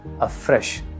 afresh